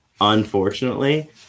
unfortunately